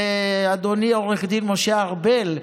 ואדוני עו"ד משה ארבל,